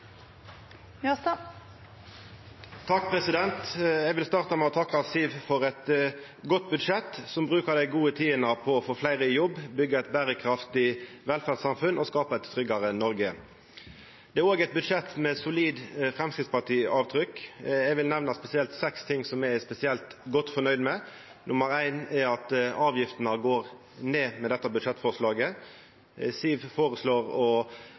Eg vil starta med å takka Siv Jensen for eit godt budsjett som brukar dei gode tidene på å få fleire i jobb, byggja eit berekraftig velferdssamfunn og skapa eit tryggare Noreg. Det er òg eit budsjett med solid Framstegsparti-avtrykk. Eg vil nemna seks ting som eg er spesielt godt fornøgd med. Det første er at avgiftene går ned med dette budsjettforslaget. Siv Jensen føreslår å